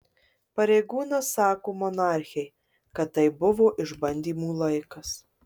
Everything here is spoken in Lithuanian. pareigūnas sako monarchei kad tai buvo išbandymų laikas